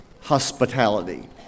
hospitality